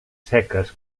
seques